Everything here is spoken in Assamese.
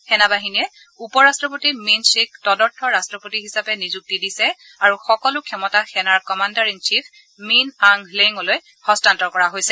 সেনা বাহিনীয়ে উপ ৰাষ্ট্ৰপতি মিণ্ট শ্বিক তদৰ্থ ৰট্টপতি হিচাপে নিযুক্তি দিছে আৰু সকলো ক্ষমতা সেনাৰ commander in chief Min Aung হলেঙলৈ হস্তান্তৰ কৰা হৈছে